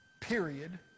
period